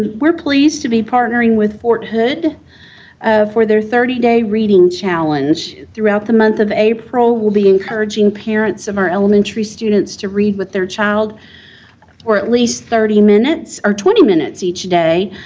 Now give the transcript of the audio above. we're pleased to be partnering with fort hood for their thirty day reading challenge. throughout the month of april, we'll be encouraging parents of our elementary students to read with their child at least thirty minutes or twenty minutes each day,